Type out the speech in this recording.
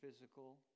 physical